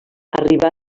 arribà